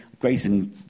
Grayson